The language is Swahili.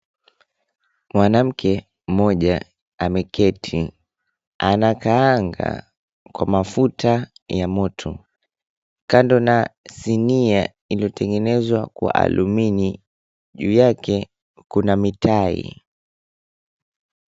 Mwanamke mmoja ameketi. Anakaanga kwa mafuta ya moto. Kando na sinia iliyotengenezwa kwa alumini juu yake kuna mitai.